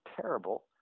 terrible